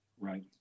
right